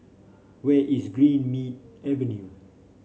where is Greenmead Avenue